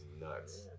nuts